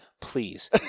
Please